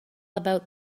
about